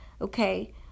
Okay